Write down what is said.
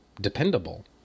dependable